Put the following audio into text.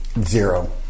Zero